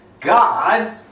God